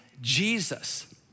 Jesus